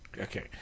Okay